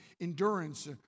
endurance